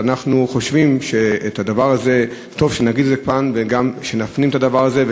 אנחנו חושבים שטוב שנגיד את זה כאן ונפנים את הדבר הזה,